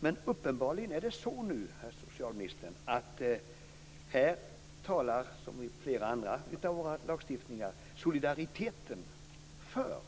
Men uppenbarligen är det nu så, socialministern, att här talar som när det gäller flera andra av våra andra lagstiftningar solidariteten för